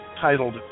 titled